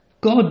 God